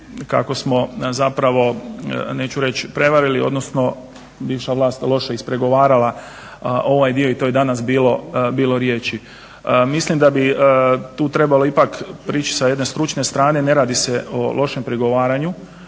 kako smo zapravo neću reći prevarili odnosno bivša vlast loše ispregovarala ovaj dio i to je danas bilo riječi. Mislim da bi tu trebalo ipak prići sa jedne stručne strane, ne radi se o lošem pregovaranju